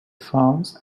funds